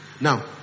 Now